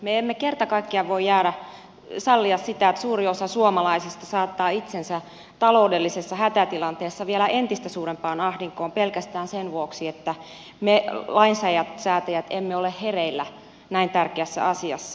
me emme kerta kaikkiaan voi sallia sitä että suuri osa suomalaisista saattaa itsensä taloudellisessa hätätilanteessa vielä entistä suurempaan ahdinkoon pelkästään sen vuoksi että me lainsäätäjät emme ole hereillä näin tärkeässä asiassa